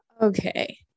Okay